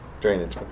Drainage